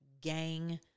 gang